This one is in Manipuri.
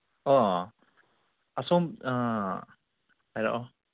ꯑꯣ ꯑꯁꯣꯝ ꯑꯥ ꯍꯥꯏꯔꯛꯑꯣ